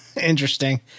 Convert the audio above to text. interesting